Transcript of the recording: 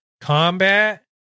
combat